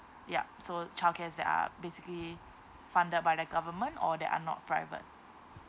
yup so childcares that are basically funded by the government or that are not private